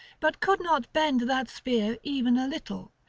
but could not bend that spear even a little,